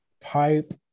pipe